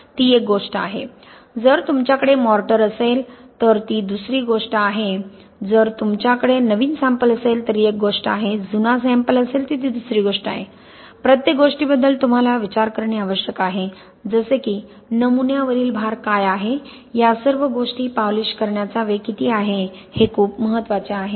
ती एक गोष्ट आहे जर तुमच्याकडे मॉर्टर असेल तर ती दुसरी गोष्ट आहे जर तुमच्याकडे नविन सॅम्पल असेल तर ती एक गोष्ट आहे जुना सॅम्पल असेल तर ती दुसरी गोष्ट आहे प्रत्येक गोष्टीबद्दल तुम्हाला विचार करणे आवश्यक आहे जसे की नमुन्यावरील भार काय आहे या सर्व गोष्टी पॉलिश करण्याचा वेग किती आहे हे खूप महत्वाचे आहे